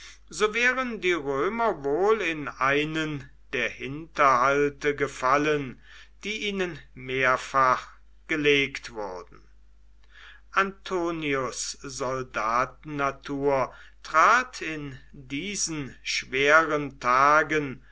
so wären die römer wohl in einen der hinterhalte gefallen die ihnen mehrfach gelegt wurden antonius soldatennatur trat in diesen schweren tagen